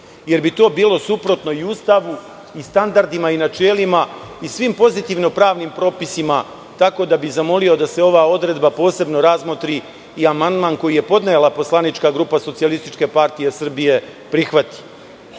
jer bi to bilo suprotno i Ustavu i standardima i načelima i svim pozitivno pravnim propisima. Tako da bi zamolio da se ova odredba posebno razmotri i amandman koji je podnela poslanička grupa SPS prihvati. Treba razmisliti